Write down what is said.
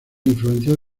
influencias